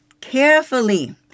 carefully